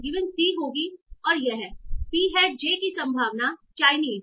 c होगी और यह P हैट j की संभावना चाइनीस